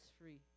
free